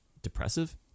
Depressive